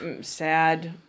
sad